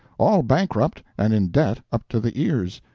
all bankrupt and in debt up to the ears.